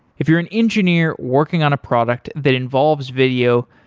if you're an engineer working on a product that involves video,